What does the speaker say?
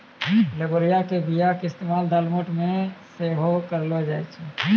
लोबिया के बीया के इस्तेमाल दालमोट मे सेहो करलो जाय छै